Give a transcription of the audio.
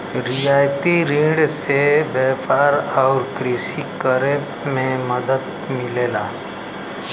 रियायती रिन से व्यापार आउर कृषि करे में मदद मिलला